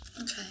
Okay